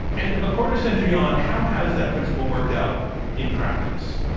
and a quarter-century on, how has that principle worked out in practice?